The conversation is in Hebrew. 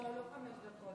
לא, לא חמש דקות.